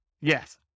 Yes